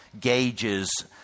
gauges